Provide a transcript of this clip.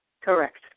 correct